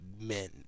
Men